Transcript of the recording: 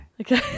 Okay